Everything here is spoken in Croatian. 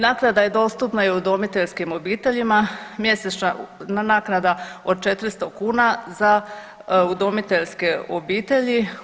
Naknada je dostupna i udomiteljskim obiteljima, mjesečna naknada od 400 kuna za udomiteljske obitelji.